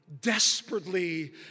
desperately